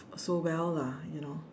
so well lah you know